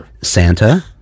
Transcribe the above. Santa